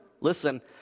listen